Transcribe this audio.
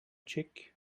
cheek